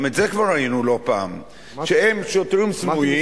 גם את זה כבר ראינו לא פעם שהם שוטרים סמויים,